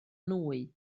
nwy